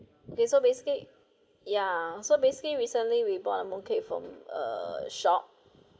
okay so basically ya so basically recently we bought a mooncake from a shop